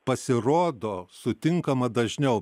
pasirodo sutinkama dažniau